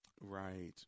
Right